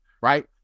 right